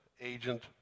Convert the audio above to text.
Agent